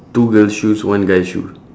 two girl shoes one guy shoe